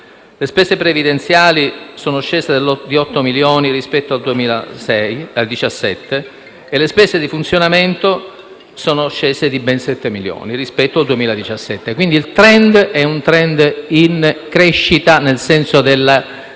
Le spese previdenziali sono scese di 8 milioni rispetto al 2017 e le spese di funzionamento di ben 7 milioni rispetto al 2017. Il *trend* è quindi in crescita nel senso della